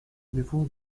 before